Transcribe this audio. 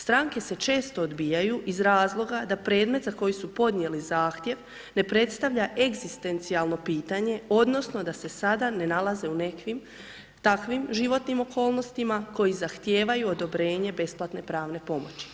Stranke se često odbijaju iz razloga da predmet za koji su podnijeli zahtjev, ne predstavlja egzistencijalno pitanje odnosno da se sada ne nalaze u nekakvim takvim životnim okolnostima koji zahtijevaju odobrenje besplatne pravne pomoći.